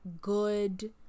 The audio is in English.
good